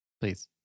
Please